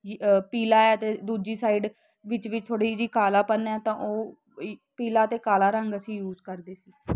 ਪੀ ਪੀਲਾ ਹੈ ਤਾਂ ਦੂਜੀ ਸਾਈਡ ਵਿੱਚ ਵੀ ਥੋੜ੍ਹੀ ਜਿਹੀ ਕਾਲਾਪਨ ਹੈ ਤਾਂ ਉਹ ਈ ਪੀਲਾ ਅਤੇ ਕਾਲਾ ਰੰਗ ਅਸੀ ਯੂਜ ਕਰਦੇ ਸੀ